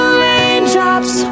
raindrops